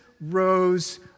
rose